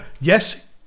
yes